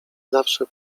zawsze